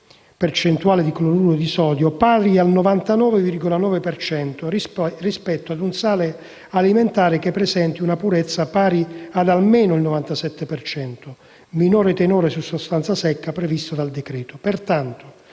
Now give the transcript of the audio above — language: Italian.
(percentuale di cloruro di sodio) pari al 99,9 per cento rispetto ad un sale alimentare che presenti una purezza pari ad almeno il 97 per cento (minore tenore su sostanza secca previsto dal decreto);